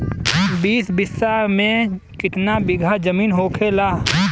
बीस बिस्सा में कितना बिघा जमीन होखेला?